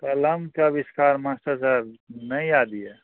कलमके अबिष्कार मास्टर साहब नहि याद अछि